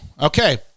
Okay